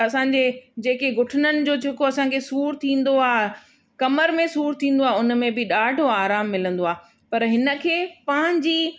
असांजे जेके घुटननि जो जेको असांखे सूर थींदो आहे कमरि में सूर थींदो आहे उन में बि ॾाढो आराम मिलंदो आहे पर हिन खे पंहिंजी